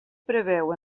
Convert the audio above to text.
preveu